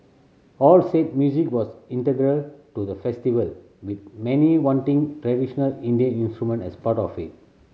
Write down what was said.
all said music was integral to the festival with many wanting traditional Indian instrument as part of it